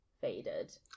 faded